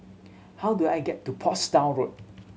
how do I get to Portsdown Road